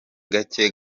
gake